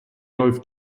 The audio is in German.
läuft